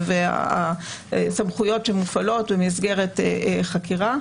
והסמכויות שמופעלות במסגרת חקירה,